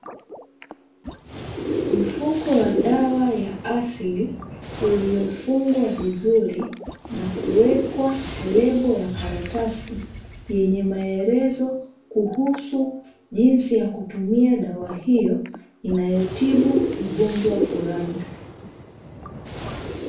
Mfuko wa dawa ya asili uliofungwa vizuri na kuwekwa lebo ya karatasi, yenye maelezo kuhusu jinsi ya kutumia dawa hiyo inayotibu ugonjwa fulani.